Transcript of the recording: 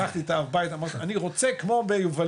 לקחתי את אב הבית אמרתי לו אני רוצה כמו ביובלים,